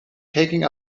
taking